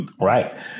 Right